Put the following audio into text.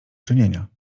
czynienia